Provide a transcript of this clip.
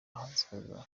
ahazaza